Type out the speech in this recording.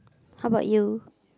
how about you